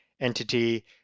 entity